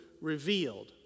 revealed